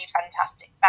fantastic